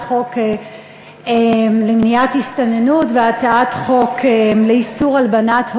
חוק למניעת הסתננות והצעת חוק לאיסור הלבנת הון,